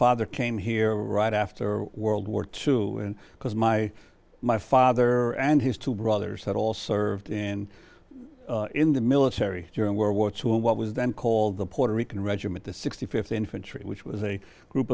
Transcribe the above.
father came here right after world war two and because my my father and his two brothers had all served in in the military during world war two and what was then called the puerto rican regiment the sixty fifth infantry which was a group